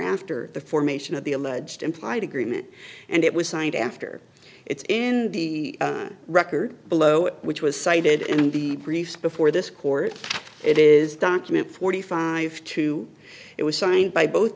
after the formation of the alleged implied agreement and it was signed after it's in the record below which was cited in the briefs before this court it is document forty five to it was signed by both